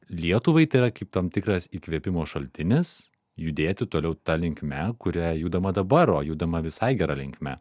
lietuvai tai yra kaip tam tikras įkvėpimo šaltinis judėti toliau ta linkme kuria judama dabar o judama visai gera linkme